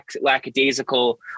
lackadaisical